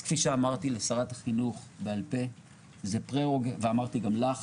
אז כפי שאמרתי לשרת החינוך בעל פה ואמרתי גם לך,